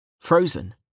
frozen